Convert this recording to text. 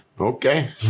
Okay